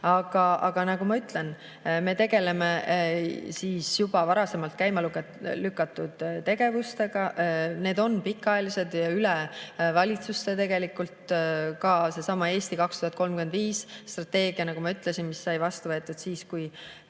Aga nagu ma ütlen, siis me tegeleme juba varasemalt käima lükatud tegevustega. Need on pikaajalised ja [kestavad] üle valitsuste. Tegelikult ka seesama "Eesti 2035" strateegia, nagu ma ütlesin, mis sai vastu võetud siis, kui